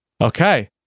Okay